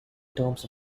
terms